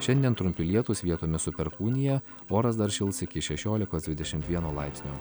šiandien trumpi lietūs vietomis su perkūnija oras dar šils iki šešiolikos dvidešimt vieno laipsnio